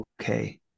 okay